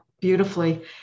beautifully